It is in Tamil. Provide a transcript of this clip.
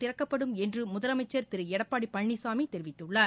திறக்கப்படும் என்று முதலமைச்சர் திரு எடப்பாடி பழனிசாமி தெரிவித்துள்ளார்